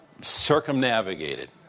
circumnavigated